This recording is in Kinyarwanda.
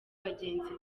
bagenzi